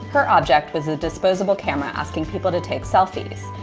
her object was a disposable camera asking people to take selfies,